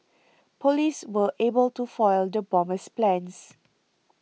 police were able to foil the bomber's plans